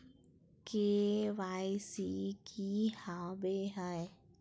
KYC की हॉबे हय?